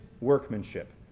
workmanship